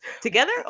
together